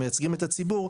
המייצגים את הציבור,